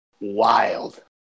wild